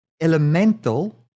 elemental